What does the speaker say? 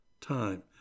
time